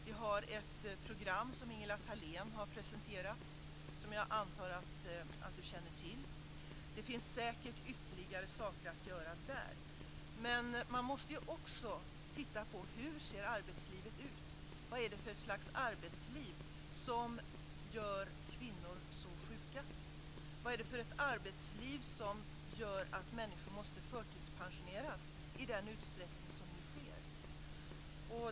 Vi har ett program som Ingela Thalén har presenterat och som jag antar att Margareta Andersson känner till. Det finns säkert också ytterligare saker att göra där. Men man måste också titta på hur arbetslivet set ut. Vad är det för slags arbetsliv som gör kvinnor så sjuka? Vad är det för arbetsliv som gör att människor måste förtidspensioneras i den utsträckning som nu sker?